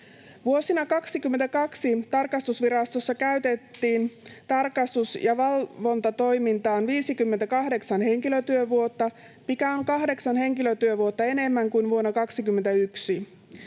Vuonna 22 tarkastusvirastossa käytettiin tarkastus- ja valvontatoimintaan 58 henkilötyövuotta, mikä on kahdeksan henkilötyövuotta enemmän kuin vuonna 21.